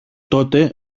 τότε